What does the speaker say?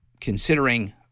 considering